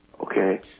Okay